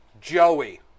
Joey